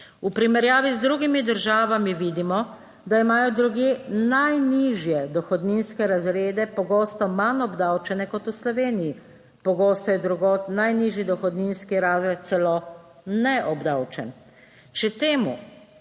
V primerjavi z drugimi državami vidimo, da imajo drugje najnižje dohodninske razrede pogosto manj obdavčene kot v Sloveniji. Pogosto je drugod najnižji dohodninski razred celo neobdavčen.